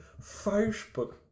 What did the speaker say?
Facebook